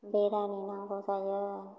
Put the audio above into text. बेदानि नांगौ जायो